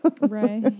right